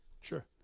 Sure